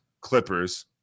Clippers